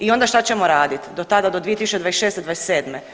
I onda što ćemo raditi do tada do 2026.-27.